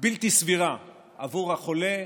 בלתי סבירה בעבור החולה,